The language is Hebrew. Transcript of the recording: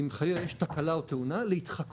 אם חלילה יש תקלה או תאונה, להתחקות